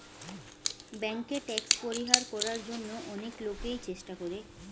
ব্যাংকে ট্যাক্স পরিহার করার জন্য অনেক লোকই চেষ্টা করে